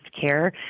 care